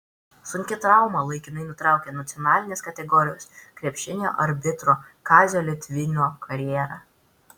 sunki trauma laikinai nutraukė nacionalinės kategorijos krepšinio arbitro kazio litvino karjerą